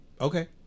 okay